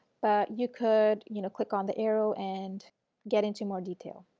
but you could, you know, click on the arrow and get into more detail.